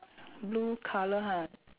blue colour ha